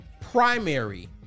primary